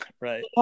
Right